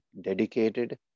dedicated